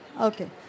Okay